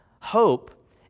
Hope